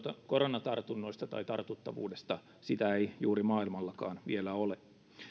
koronatartunnoista tai tartuttavuudesta sitä ei maailmallakaan juuri vielä ole